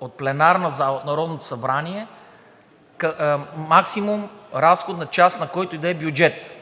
от пленарната зала в Народното събрание максимум разходна част на който и да е бюджет.